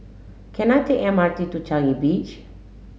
can I take M R T to Changi Beach